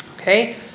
Okay